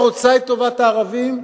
הרוצה את טובת הערבים,